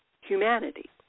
humanity